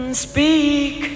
speak